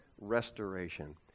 restoration